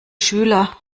schüler